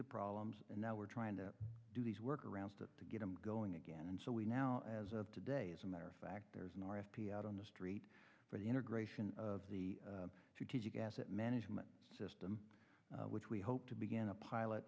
the problems and now we're trying to do these work around to get them going again and so we now as of today as a matter of fact there's an r f p out on the street for the integration of the two t v gas it management system which we hope to begin a pilot